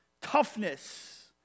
toughness